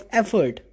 effort